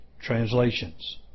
translations